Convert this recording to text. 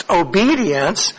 obedience